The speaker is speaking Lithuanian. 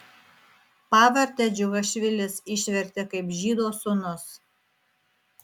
pavardę džiugašvilis išvertė kaip žydo sūnus